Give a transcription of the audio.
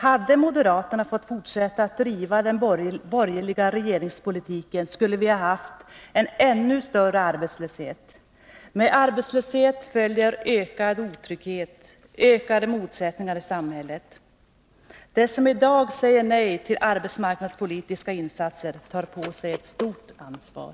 Hade moderaterna fått fortsätta att driva den borgerliga regeringspolitiken skulle vi haft en ännu större arbetslöshet. Och med arbetslöshet följer ökad otrygghet och ökade motsättningar i samhället. De som i dag säger nej till arbetsmarknadspolitiska insatser tar på sig ett stort ansvar.